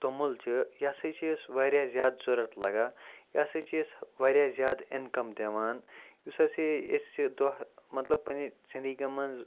توٚمُل چھِ یہِ ہَسا چھِ اَسہِ واریاہ زیادٕ ضوٚرَتھ لَگان یہِ ہَسا چھِ اَسہِ واریاہ زیادٕ اِنکَم دِوان یُس ہَسا أسۍ یہِ دۄہ مطلب پَنٛنہِ زندگی منٛز